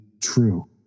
true